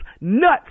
nuts